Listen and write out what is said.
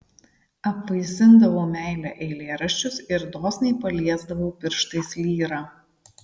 apvaisindavau meile eilėraščius ir dosniai paliesdavau pirštais lyrą